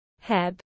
Heb